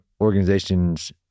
organizations